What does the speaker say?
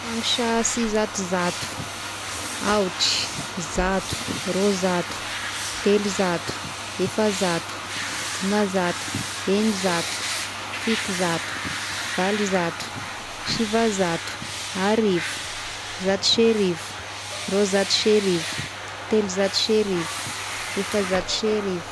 Fangisà sy zato zato: aotry, zato, rônzato, telozato, efazato, dimanzato, egninzato, fitonzato, valozato, sivazato, arivo, zato sy arivo, ronzato sy arivo, telozato sy arivo, efazato sy arivo.